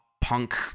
punk